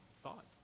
thought